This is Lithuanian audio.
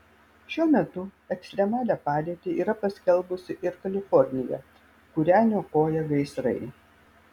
šiuo metu ekstremalią padėtį yra paskelbusi ir kalifornija kurią niokoja gaisrai